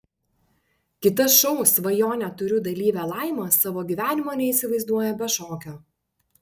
kita šou svajonę turiu dalyvė laima savo gyvenimo neįsivaizduoja be šokio